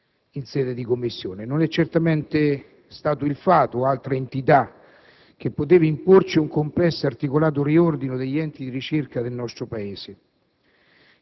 in sede di Commissione. Non è certamente stato il fato, o altra entità, che poteva imporci un complesso e articolato riordino degli enti di ricerca del nostro Paese.